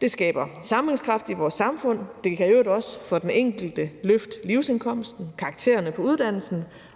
Det skaber sammenhængskraft i vores samfund, og det kan i øvrigt også for den enkelte løfte livsindkomsten, karaktererne på uddannelsen